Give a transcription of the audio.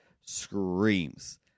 screams